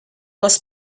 was